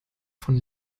von